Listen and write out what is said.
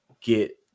get